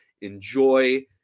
Enjoy